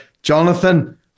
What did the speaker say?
Jonathan